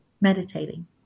meditating